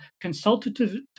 consultative